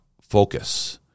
focus